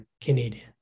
Canadian